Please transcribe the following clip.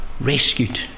Rescued